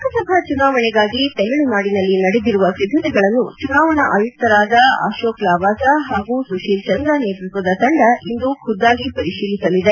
ಲೋಕಸಭಾ ಚುನಾವಣೆಗಾಗಿ ತಮಿಳುನಾಡಿನಲ್ಲಿ ನಡೆದಿರುವ ಸಿದ್ದತೆಗಳನ್ನು ಚುನಾವಣಾ ಆಯುಕ್ತರಾದ ಅಶೋಕ್ ಲವಾಸಾ ಹಾಗೂ ಸುಶೀಲ್ ಚಂದ್ರ ನೇತೃತ್ವದ ತಂಡ ಇಂದು ಖುದ್ದಾಗಿ ಪರಿಶೀಲಿಸಲಿದೆ